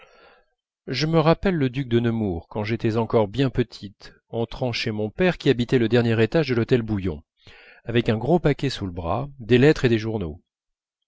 je me rappelle le duc de nemours quand j'étais encore bien petite entrant chez mon père qui habitait le dernier étage de l'hôtel bouillon avec un gros paquet sous le bras des lettres et des journaux